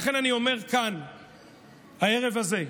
לכן אני אומר כאן הערב הזה: